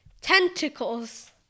Tentacles